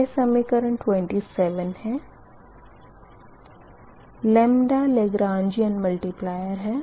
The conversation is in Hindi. यह समीकरण 27 है लगरंजियन मल्टीपलयर है